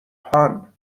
هان